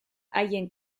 haien